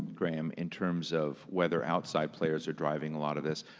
graeme, in terms of whether outside players are driving a lot of this?